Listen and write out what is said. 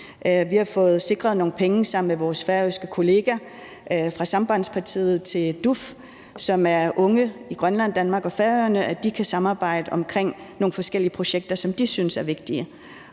Vi har fået sikret nogle penge sammen med vores færøske kollega fra Sambandspartiet til DUF, så unge i Grønland, Danmark og Færøerne kan samarbejde omkring nogle forskellige projekter, som de synes er vigtige.